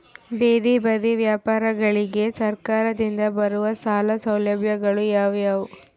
ಬೇದಿ ಬದಿ ವ್ಯಾಪಾರಗಳಿಗೆ ಸರಕಾರದಿಂದ ಬರುವ ಸಾಲ ಸೌಲಭ್ಯಗಳು ಯಾವುವು?